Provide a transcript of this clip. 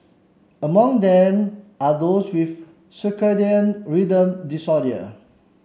among them are those with circadian rhythm disorders